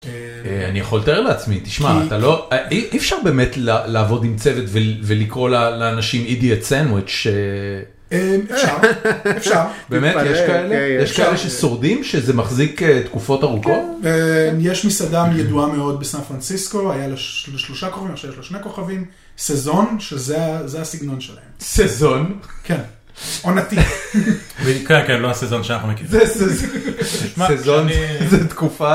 אני יכול לתאר לעצמי תשמע אתה לא, אי אפשר באמת לעבוד עם צוות ולקרוא לאנשים אידי הצענו את ש. אפשר באמת יש כאלה ששורדים שזה מחזיק תקופות ארוכות יש מסעדה ידוע מאוד בסנפרנציסקו היה לה שלושה כוכבים עכשיו יש לה שני כוכבים, סזון שזה הסגנון שלהם. סזון. כן. עונתי. כן. כן. לא הסזון שאנחנו מכירים. סזון זה תקופה